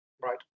Right